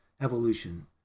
evolution